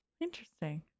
Interesting